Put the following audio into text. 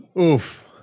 Oof